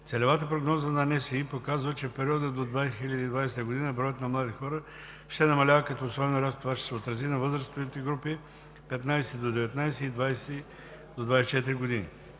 Целевата прогноза на НСИ показва, че в периода до 2020 г. броят на младите хора ще намалява, като особено рязко това ще се отрази на възрастовите групи 15 – 19 години и 20 – 24 години.